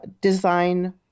design